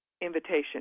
invitation